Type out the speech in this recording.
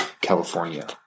California